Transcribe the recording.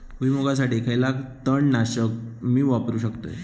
भुईमुगासाठी खयला तण नाशक मी वापरू शकतय?